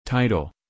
Title